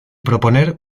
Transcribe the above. proponer